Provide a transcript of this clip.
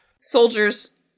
Soldiers